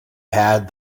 had